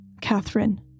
Catherine